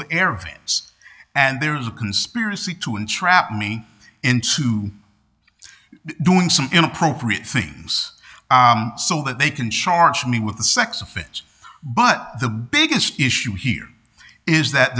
the air vents and there is a conspiracy to entrap me into doing some inappropriate things so that they can charge me with a sex offense but the biggest issue here is that